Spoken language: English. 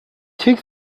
take